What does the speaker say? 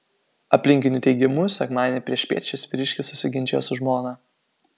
aplinkinių teigimu sekmadienį priešpiet šis vyriškis susiginčijo su žmona